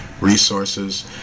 resources